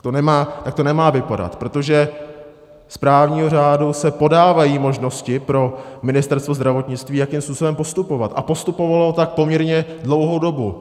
Tak to nemá vypadat, protože z právního řádu se podávají možnosti pro Ministerstvo zdravotnictví, jakým způsobem postupovat, a postupovalo tak poměrně dlouhou dobu.